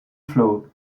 flow